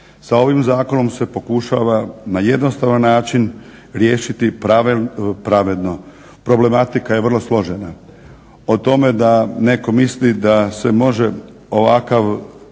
Sa ovim zakonom se pokušava na jednostavan način riješiti pravedno. Problematika je vrlo složena. O tome da netko misli da se može ovakav